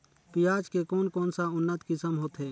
पियाज के कोन कोन सा उन्नत किसम होथे?